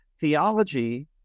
theology